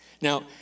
Now